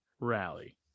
rally